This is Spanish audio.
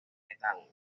metal